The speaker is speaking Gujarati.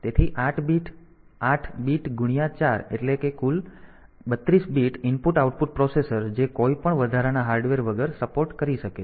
તેથી 8 બીટ ગુણ્યા 4 એટલે કે કુલ 32 બીટ IO પ્રોસેસર જે કોઈપણ વધારાના હાર્ડવેર વગર સપોર્ટ કરી શકે છે